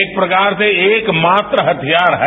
एक प्रकार से एक मात्र हथियार है